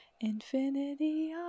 Infinity